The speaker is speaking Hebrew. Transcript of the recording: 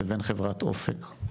לבין חברת אופק,